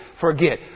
forget